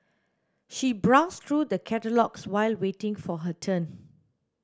she browsed through the catalogues while waiting for her turn